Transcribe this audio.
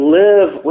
live